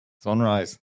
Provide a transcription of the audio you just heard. Sunrise